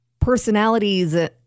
personalities